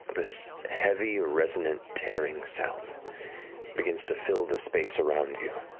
this heavy resonant tearing sound begins to fill the space around you